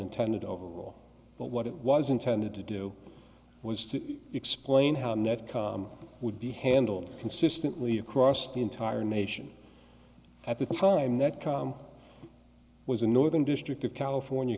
intended overall but what it was intended to do was to explain how net com would be handled consistently across the entire nation at the time that com was a northern district of california